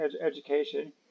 Education